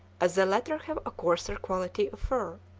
as the latter have a coarser quality of fur.